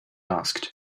asked